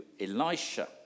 Elisha